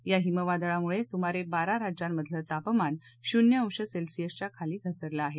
या हिमवादळामुळे सुमारे बारा राज्यांमधलं तापमान शून्य अंश सेल्सिअसच्या खाली घसरलं आहे